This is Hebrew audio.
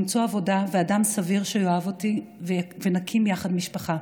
למצוא עבודה ואדם סביר שיאהב אותי ונקים יחד משפחה.